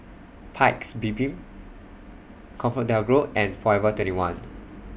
Paik's Bibim ComfortDelGro and Forever twenty one